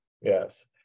yes